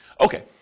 Okay